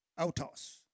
autos